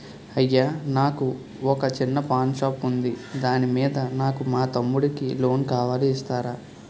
అయ్యా నాకు వొక చిన్న పాన్ షాప్ ఉంది దాని మీద నాకు మా తమ్ముడి కి లోన్ కావాలి ఇస్తారా?